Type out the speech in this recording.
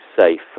safe